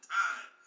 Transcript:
time